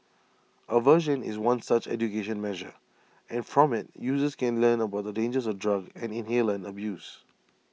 aversion is one such education measure and from IT users can learn about the dangers of drug and inhalant abuse